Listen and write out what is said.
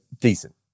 decent